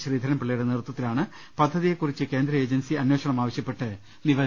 ശ്രീധരൻപിള്ളയുടെ നേതൃത്വത്തി ലാണ് പദ്ധതിയെകുറിച്ച് കേന്ദ്ര ഏജൻസി അന്വേഷണം ആവശ്യപ്പെട്ട് നിവേ ദനം നൽകിയത്